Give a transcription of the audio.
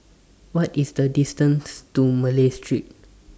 What IS The distance to Malay Street